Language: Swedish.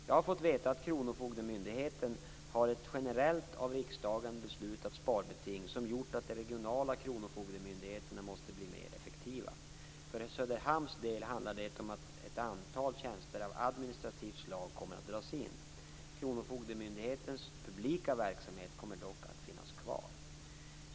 Jag har fått veta att kronofogdemyndigheten har ett generellt, av riksdagen beslutat, sparbeting som gjort att de regionala kronofogdemyndigheterna måste bli mer effektiva. För Söderhamns del handlar det om att ett antal tjänster av administrativt slag kommer att dras in. Kronofogdemyndighetens publika verksamhet kommer dock att finnas kvar.